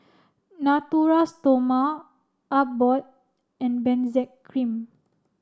Natura Stoma Abbott and Benzac Cream